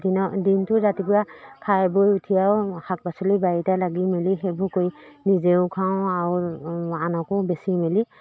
দিনৰ দিনটো ৰাতিপুৱা খাই বৈ উঠিয়ে আৰু শাক পাচলি বাৰীতে লাগি মেলি সেইবোৰ কৰি নিজেও খাওঁ আৰু আনকো বেচি মেলি